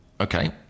Okay